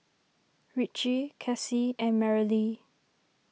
Ritchie Cassie and Merrily